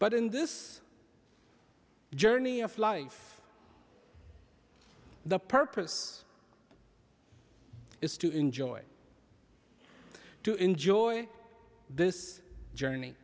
but in this journey of life the purpose is to enjoy to enjoy this journey